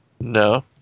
No